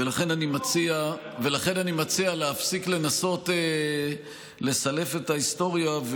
ולכן אני מציע להפסיק לנסות לסלף את ההיסטוריה,